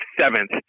seventh